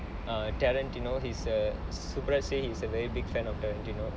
err tarantino he's a say he's a very big fan of tarantino